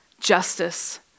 justice